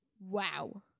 wow